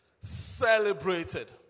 celebrated